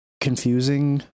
confusing